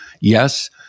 yes